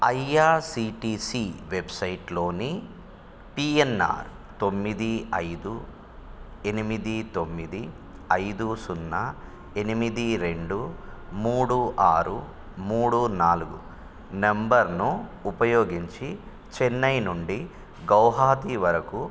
IRCTC వెబ్సైట్లోని PNR తొమ్మిది ఐదు ఎనిమిది తొమ్మిది ఐదు సున్నా ఎనిమిది రెండు మూడు ఆరు మూడు నాలుగు నెంబర్ను ఉపయోగించి చెన్నై నుండి గౌహతి వరకు